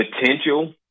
potential